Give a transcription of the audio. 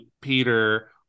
Peter